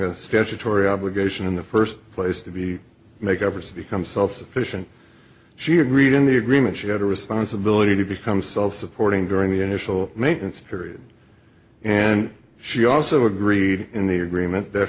a statutory obligation in the first place to be make ever so become self sufficient she agreed in the agreement she had a responsibility to become self supporting during the initial maintenance period and she also agreed in the agreement that